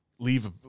leave